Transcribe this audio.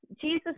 jesus